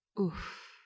Oof